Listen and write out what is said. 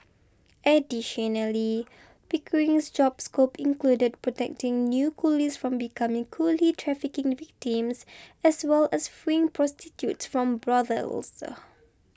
additionally Pickering's job scope included protecting new coolies from becoming coolie trafficking victims as well as freeing prostitutes from brothels